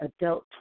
adult